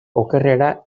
okerrera